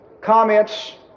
comments